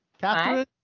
catherine